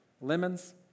Lemons